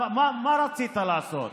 מה רצית לעשות?